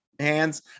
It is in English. Hands